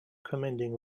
commanding